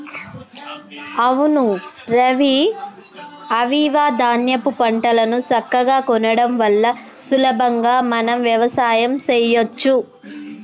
అవును రవి ఐవివ ధాన్యాపు పంటలను సక్కగా కొనడం వల్ల సులభంగా మనం వ్యవసాయం సెయ్యచ్చు